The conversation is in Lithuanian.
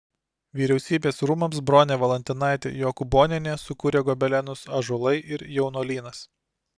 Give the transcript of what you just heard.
vyriausybės rūmams bronė valantinaitė jokūbonienė sukūrė gobelenus ąžuolai ir jaunuolynas